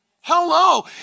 Hello